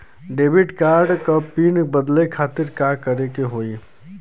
Debit card क PIN बदले खातिर का करेके होई?